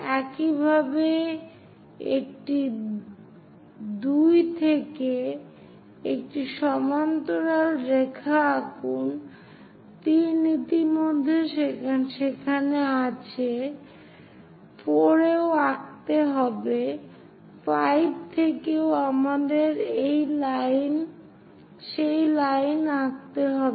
একইভাবে একটি 2 থেকে একটি সমান্তরাল রেখা আঁকুন 3 ইতিমধ্যে সেখানে আছে 4 এও আঁকতে হবে 5 থেকেও আমাদের সেই লাইন আঁকতে হবে